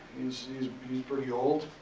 he's he's pretty pretty old.